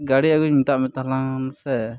ᱜᱟᱹᱰᱤ ᱟᱹᱜᱩᱧ ᱢᱮᱛᱟᱫ ᱢᱮ ᱛᱟᱞᱟᱝ ᱥᱮ